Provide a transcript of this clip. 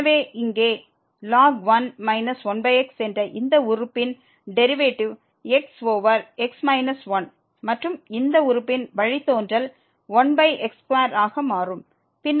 எனவே இங்கே ln 1 1x என்ற இந்த உறுப்பின் டெரிவேட்டிவ் x ஓவர் x 1 மற்றும் இந்த உறுப்பின் வழித்தோன்றல் 1x2 ஆக மாறும்